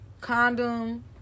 condom